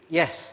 yes